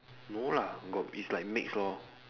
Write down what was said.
no lah got it's like mixed lor